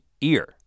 ear